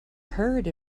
heard